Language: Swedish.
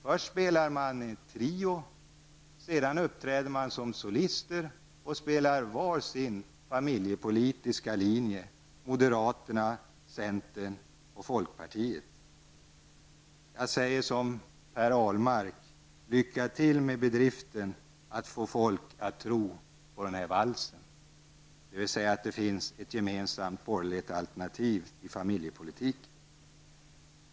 Först spelar man i en trio, sedan uppträder man som solist med var sin familjepolitiska linje -- moderaterna, centern och folkpartiet. Jag säger som Per Ahlmark: ''Lycka till med bedriften att få folk att tro på den här valsen'' -- dvs. valsen att det finns ett gemensamt borgerligt alternativ i familjepolitiken.